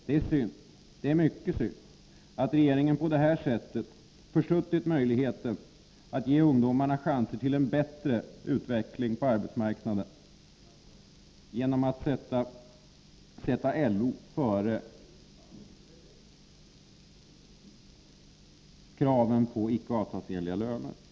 Det är synd — det är mycket synd — att regeringen på detta sätt har försuttit möjligheten att ge ungdomarna chansen till en bättre utveckling på arbetsmarknaden genom att sätta LO före kraven på icke avtalsenliga löner.